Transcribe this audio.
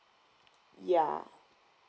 ya